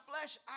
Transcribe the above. flesh